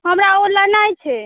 हमरा ओ लेनाइ छै